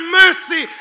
mercy